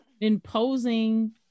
imposing